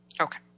Okay